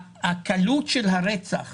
הקלות של הרצח